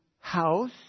house